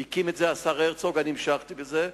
הקים את זה השר הרצוג ואני המשכתי בזה,